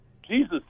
Jesus